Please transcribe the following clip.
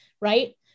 right